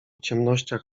ciemnościach